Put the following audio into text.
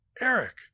Eric